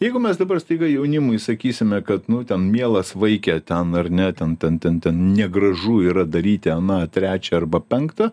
jeigu mes dabar staiga jaunimui sakysime kad nu ten mielas vaike ten ar ne ten ten ten ten negražu yra daryti aną trečia arba penkta